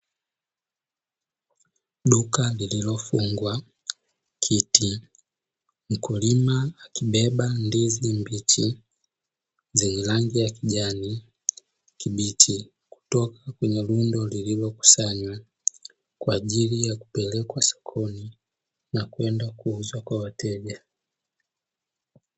Duka lililofungwa kiti mkulima akibeba ndizi mbichi zenye rangi ya kijani kibichi kutoka kwenye rundo, lililokusanywa kwa ajili ya kupelekwa sokoni na kwenda kuuzwa kwa wateja.